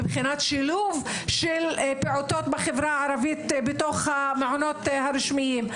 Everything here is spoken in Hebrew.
מבחינת שילוב של פעוטות בחברה הערבית בתוך המעונות הרשמיים.